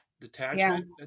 detachment